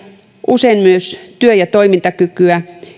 usein myös työ ja toimintakykyä